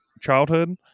childhood